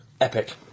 Epic